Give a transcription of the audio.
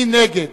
מי נגד?